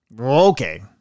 Okay